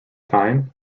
time